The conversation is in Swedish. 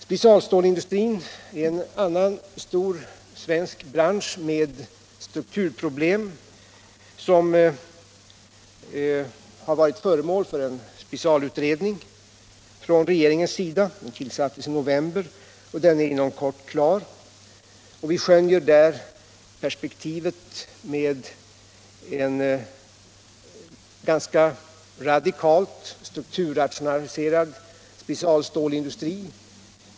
Specialstålsindustrin är en annan stor svensk bransch med strukturproblem, som har varit föremål för en specialutredning, tillsatt av regeringen i november. Denna utredning är inom kort klar. Vi skönjer där perspektivet med en ganska radikalt strukturrationaliserad specialstålsindustri.